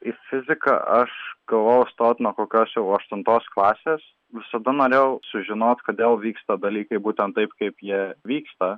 į fiziką aš galvojau stot nuo kokios jau aštuntos klasės visada norėjau sužinot kodėl vyksta dalykai būtent taip kaip jie vyksta